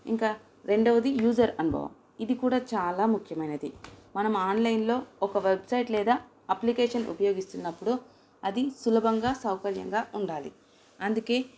ఇంకా రెండవది యూజర్ అనుభవం ఇది కూడా చాలా ముఖ్యమైనది మనం ఆన్లైన్లో ఒక వెబ్సైట్ లేదా అప్లికేషన్ ఉపయోగిస్తున్నప్పుడు అది సులభంగా సౌకర్యంగా ఉండాలి అందుకే